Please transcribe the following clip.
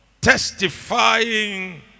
testifying